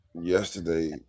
yesterday